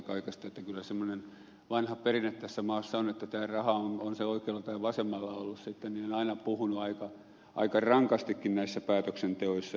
kyllä semmoinen vanha perinne tässä maassa on että tämä raha on se oikealla tai vasemmalla ollut on aina puhunut aika rankastikin näissä päätöksenteoissa